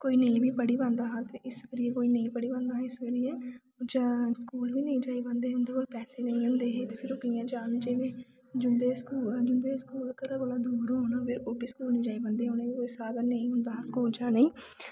कोई नेईं बी पढ़ी पांदा हा इस करियै कोई नेईं बी पढ़ी पांदा हा जां स्कूल बी नेईं जाई पांदे हे उं'दै कोल पैसे नेईं होंदे हे ते फिर कि'यां जान जेह्ड़े जिं'दे स्कूल घरा कोला दूर होन ते ओह् बी स्कूल नेईं जाई पांदे हे ओह् साधन नेईं होंदा हा स्कूल जाने गी